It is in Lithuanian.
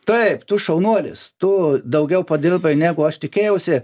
taip tu šaunuolis tu daugiau padirbai negu aš tikėjausi